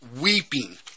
weeping